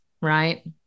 Right